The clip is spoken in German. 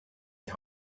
die